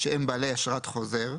שהם בעלי אשרת חוזר,